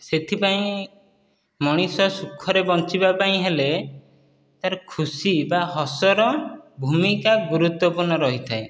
ସେଥିପାଇଁ ମଣିଷ ସୁଖରେ ବଞ୍ଚିବା ପାଇଁ ହେଲେ ତା'ର ଖୁସି ବା ହସର ଭୂମିକା ଗୁରୁତ୍ୱପୂର୍ଣ୍ଣ ରହିଥାଏ